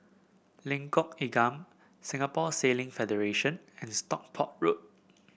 Lengkok Enam Singapore Sailing Federation and Stockport Road